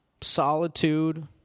solitude